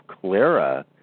Clara